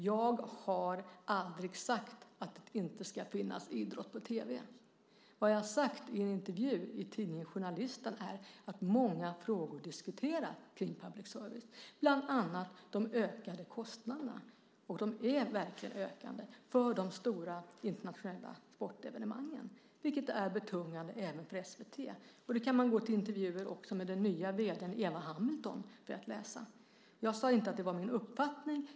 Jag har aldrig sagt att det inte ska visas idrott i tv. Vad jag har sagt i en intervju i tidningen Journalisten är att många frågor diskuteras när det gäller public service, bland annat de ökade kostnaderna, och de har verkligen ökat, för de stora internationella sportevenemangen. Det är betungande även för SVT. Det kan man läsa om även i intervjuer med den nya vd:n Eva Hamilton. Jag sade inte att detta var min uppfattning.